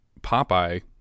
Popeye